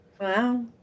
Wow